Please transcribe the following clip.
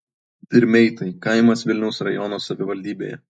dirmeitai kaimas vilniaus rajono savivaldybėje